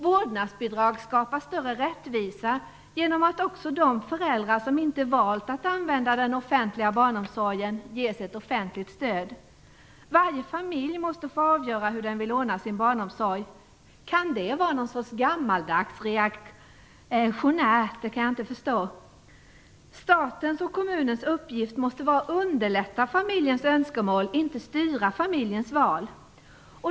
Vårdnadsbidrag skapar större rättvisa eftersom också de föräldrar som inte har valt att använda den offentliga barnomsorgen ges ett offentligt stöd. Varje familj måste få avgöra hur den vill ordna sin barnomsorg. Kan det var någonting som är gammaldags och reaktionärt? Det kan jag inte förstå. Statens och kommunens uppgift måste vara att underlätta familjens önskemål och inte att styra familjens val.